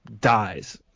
dies